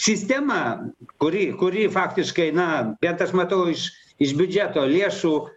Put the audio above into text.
sistema kuri kuri faktiškai na bet aš matau iš iš biudžeto lėšų